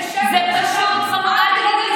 זה פשוט חמור.